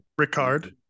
Ricard